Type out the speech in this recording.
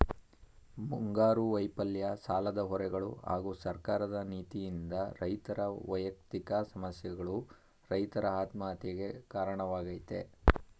ಮುಂಗಾರು ವೈಫಲ್ಯ ಸಾಲದ ಹೊರೆಗಳು ಹಾಗೂ ಸರ್ಕಾರದ ನೀತಿಯಿಂದ ರೈತರ ವ್ಯಯಕ್ತಿಕ ಸಮಸ್ಯೆಗಳು ರೈತರ ಆತ್ಮಹತ್ಯೆಗೆ ಕಾರಣವಾಗಯ್ತೆ